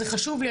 זה חשוב לי,